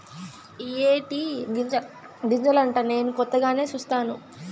ఇయ్యే టీ గింజలంటా నేను కొత్తగానే సుస్తాను